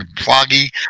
foggy